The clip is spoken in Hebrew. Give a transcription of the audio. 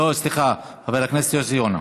לא, סליחה, חבר הכנסת יוסי יונה.